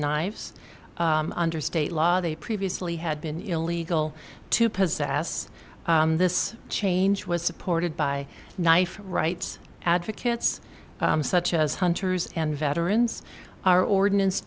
knives under state law they previously had been illegal to possess this change was supported by knife rights advocates such as hunters and veterans are ordinance